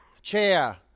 chair